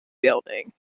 building